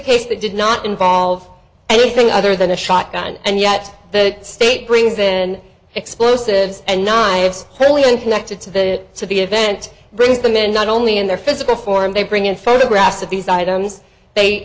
case that did not involve anything other than a shotgun and yet the state brings in explosives and knives totally unconnected to that so the event brings them in not only in their physical form they bring in photographs of these items they